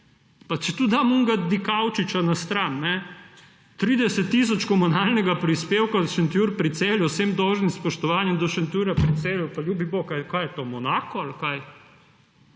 Pa četudi dam tistega Dikaučiča na stran, 30 tisoč komunalnega prispevka za Šentjur pri Celju, z vsem dolžnim spoštovanjem do Šentjurja pri Celju, pa ljubi bog, kaj je to, Monako ali kaj?